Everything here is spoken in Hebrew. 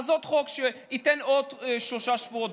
עוד חוק שייתן עוד שלושה שבועות,